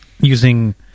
using